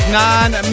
nine